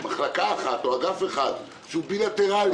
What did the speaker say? מחלקה אחת או אגף אחד שהוא בילטרלי,